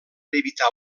evitar